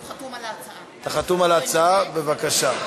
אתה חתום על ההצעה, בבקשה.